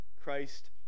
Christ